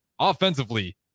Offensively